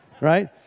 right